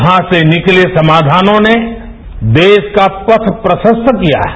यहां से निकले समाधानों ने देश का पथ प्रशस्त किया है